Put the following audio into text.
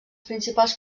principals